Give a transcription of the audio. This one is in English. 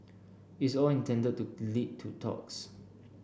it's all intended to lead to talks